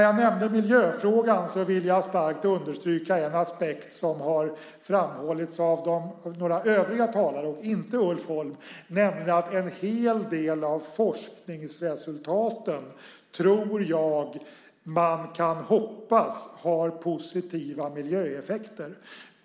Jag nämnde miljöfrågan och vill starkt understryka en aspekt som har framhållits av några övriga talare, inte Ulf Holm, nämligen att jag tror att man kan hoppas att en hel del av forskningsresultaten har positiva miljöeffekter.